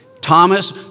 Thomas